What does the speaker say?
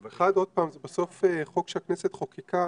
אחת, עוד פעם, זה בסוף חוק שהכנסת חוקקה